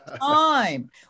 time